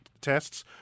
tests